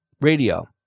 radio